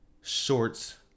shorts